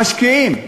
המשקיעים.